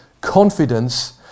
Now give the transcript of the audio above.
confidence